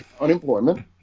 unemployment